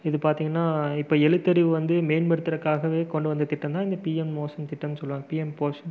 இது பார்த்தீங்கன்னா இப்போ எழுத்தறிவு வந்து மேம்படுத்தறக்காகவே கொண்டு வந்த திட்டம்தான் இந்த பிஎம் மோஷன் பிஎம் போஷன்